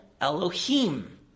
Elohim